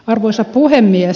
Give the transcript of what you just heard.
arvoisa puhemies